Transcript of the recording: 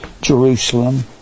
Jerusalem